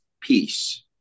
peace